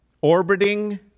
orbiting